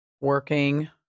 working